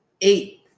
eight